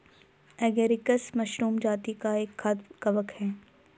agaricus mushroom जाती का एक खाद्य कवक है